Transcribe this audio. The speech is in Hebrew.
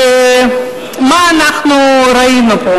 מה אנחנו ראינו פה?